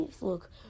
look